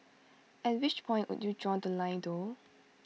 at which point would you draw The Line though